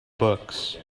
books